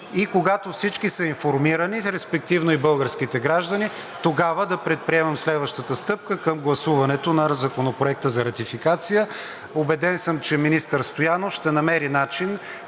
И когато всички са информирани, респективно и българските граждани, тогава да предприемем следващата стъпка към гласуването на Законопроекта за ратификация. Убеден съм, че министър Стоянов ще намери начин